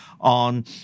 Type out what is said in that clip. on